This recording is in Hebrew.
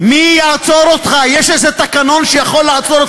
כי מי שלא מקבל את הפתרונות